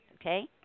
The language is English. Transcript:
Okay